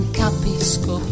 capisco